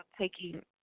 taking